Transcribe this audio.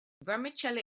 vermicelli